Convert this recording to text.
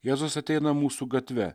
jėzus ateina mūsų gatve